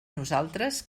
nosaltres